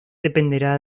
dependerá